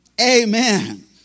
Amen